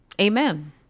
Amen